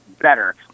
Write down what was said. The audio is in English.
better